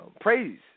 praise